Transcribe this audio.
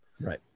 right